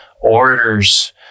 orders